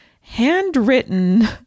handwritten